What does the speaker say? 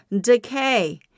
decay